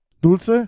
dulce